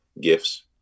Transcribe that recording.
gifts